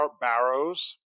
Barrows